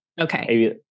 Okay